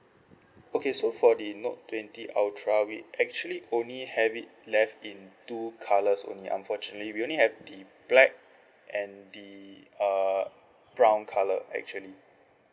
okay so for the note twenty ultra we actually only have it left in two colours only unfortunately we only have the black and the err brown colour actually